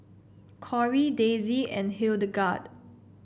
Kory Daisy and Hildegarde